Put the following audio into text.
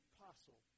Apostle